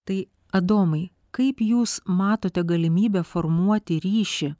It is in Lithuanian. tai adomai kaip jūs matote galimybę formuoti ryšį